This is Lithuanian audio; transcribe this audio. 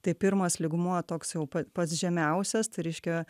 tai pirmas lygmuo toks jau pat pats žemiausias tai reiškia